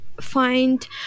find